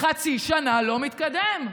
חצי שנה הוא לא מתקדם?